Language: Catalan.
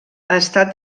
estat